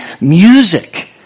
music